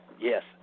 Yes